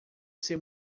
ser